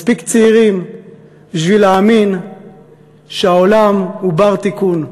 מספיק צעירים בשביל להאמין שהעולם הוא בר-תיקון,